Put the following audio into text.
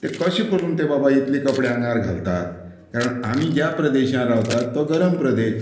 ते कशें करून ते बाबा इतले कपडे आंगार घालतात कारण आमी ज्या प्रदेशांत रावता तो गरम प्रदेश